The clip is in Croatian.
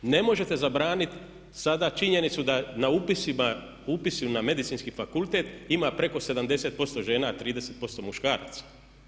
Ne možete zabraniti sada činjenicu da na upisima na Medicinski fakultet ima preko 70% žena a 30% muškaraca.